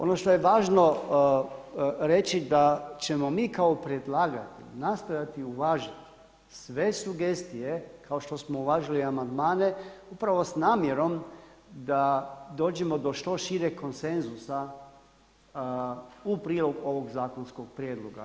Ono što je važno reći da ćemo mi kao predlagatelj nastojati uvažiti sve sugestije kao što smo uvažili amandmane upravo s namjerom da dođemo do što šireg konsenzusa u prilog ovog zakonskog prijedloga.